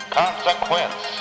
consequence